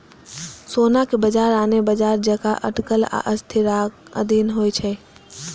सोनाक बाजार आने बाजार जकां अटकल आ अस्थिरताक अधीन होइ छै